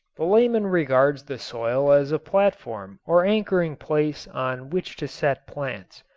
the layman regards the soil as a platform or anchoring place on which to set plants.